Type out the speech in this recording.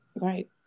Right